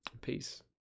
Peace